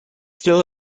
still